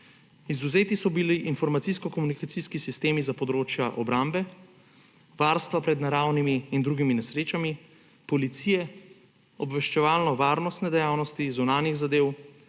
Izvzeti so bili informacijsko komunikacijski sistemi za področja obrambe, varstva pred naravnimi in drugimi nesrečami, policije, obveščevalno-varnostne dejavnosti, zunanjih zadev,